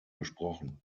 gesprochen